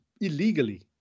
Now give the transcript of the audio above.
illegally